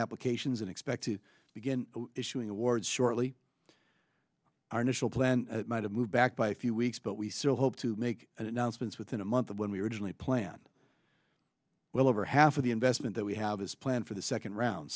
applications and expect to begin issuing awards shortly our initial plan to move back by a few weeks but we still hope to make announcements within a month of when we originally planned well over half of the investment that we have is planned for the second round